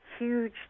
Huge